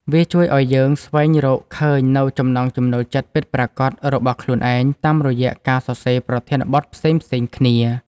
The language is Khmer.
វាជួយឱ្យយើងស្វែងរកឃើញនូវចំណង់ចំណូលចិត្តពិតប្រាកដរបស់ខ្លួនឯង តាមរយៈការសរសេរប្រធានបទផ្សេងៗគ្នា។